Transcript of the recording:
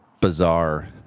bizarre